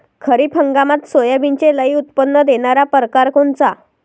खरीप हंगामात सोयाबीनचे लई उत्पन्न देणारा परकार कोनचा?